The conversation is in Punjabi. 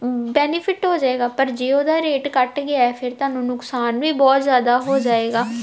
ਬੈਨੀਫਿਟ ਹੋ ਜਾਵੇਗਾ ਪਰ ਜੇ ਉਹਦਾ ਰੇਟ ਘੱਟ ਗਿਆ ਫਿਰ ਤੁਹਾਨੂੰ ਨੁਕਸਾਨ ਵੀ ਬਹੁਤ ਜ਼ਿਆਦਾ ਹੋ ਜਾਵੇਗਾ